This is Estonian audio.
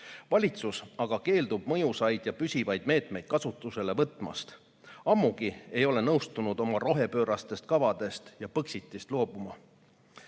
Valitsus aga keeldub mõjusaid ja püsivaid meetmeid kasutusele võtmast, ammugi ei ole ta nõustunud oma rohepöörastest kavadest ja Põxitist loobuma.